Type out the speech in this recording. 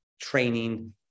training